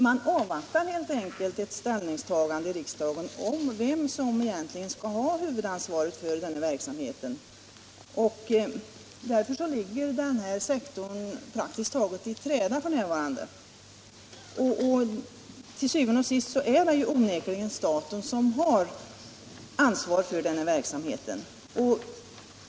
Man avvaktar helt enkelt ett ställningstagande i riksdagen om vem som egentligen skall ha huvudansvaret för denna verksamhet, och därför ligger den här sektorn praktiskt taget i träda f.n. niska branschens problem Til syvende og sidst är det onekligen staten som har ansvar för denna verksamhet.